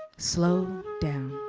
slow down.